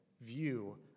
view